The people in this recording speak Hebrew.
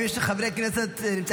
אנא קרא בשמות חברי הכנסת שטרם